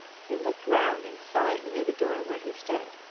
he looked round and saw it near the door where he stood.